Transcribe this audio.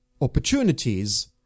opportunities